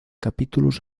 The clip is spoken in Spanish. capítulos